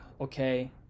okay